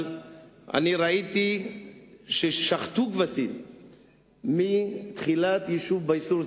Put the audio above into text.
ראיתי ששחטו כבשים מתחילת היישוב בייסור,